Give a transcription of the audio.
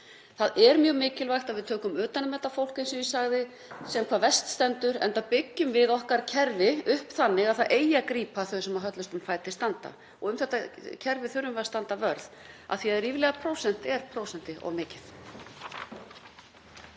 Það er mjög mikilvægt að við tökum utan um þetta fólk sem hvað verst stendur, enda byggjum við okkar kerfi upp þannig að það eigi að grípa þau sem höllustum fæti standa. Um þetta kerfi þurfum við að standa vörð því að ríflega prósent er prósenti of mikið.